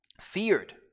feared